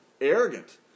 arrogant